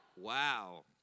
Wow